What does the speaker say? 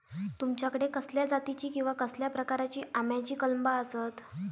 तुमच्याकडे कसल्या जातीची किवा कसल्या प्रकाराची आम्याची कलमा आसत?